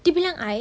dia bilang I